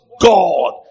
God